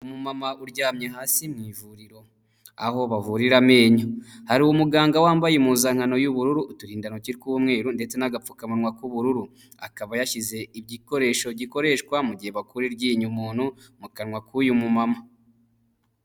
Umumama uryamye hasi mu ivuriro aho bavurira amenyo, hari umuganga wambaye impuzankano y'ubururu, uturindantoki tw'umweru ndetse n'agapfukamunwa k'ubururu akaba yashyize igikoresho gikoreshwa mu gihe bakora iryinyo umuntu mu kanwa k'uyu mumama.